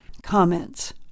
comments